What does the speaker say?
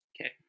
Okay